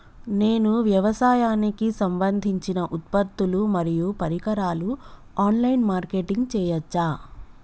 నేను వ్యవసాయానికి సంబంధించిన ఉత్పత్తులు మరియు పరికరాలు ఆన్ లైన్ మార్కెటింగ్ చేయచ్చా?